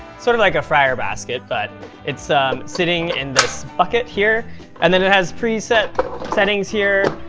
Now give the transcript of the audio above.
sort of like a fryer basket, but it's sitting in this bucket here and then it has preset settings here.